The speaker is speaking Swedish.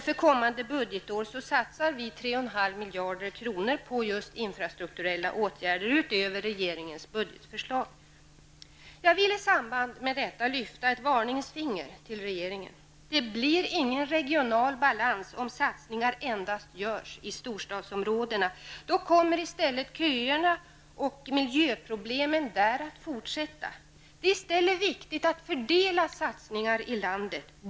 För kommande budgetår satsar centern Jag vill i samband med detta lyfta ett varningens finger till regeringen. Det blir ingen regional balans, om satsningar endast görs i storstadsområdena. Då kommer i stället köerna och miljöproblemen där att fortsätta. Det är i stället viktigt att fördela satsningarna i landet.